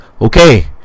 Okay